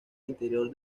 interior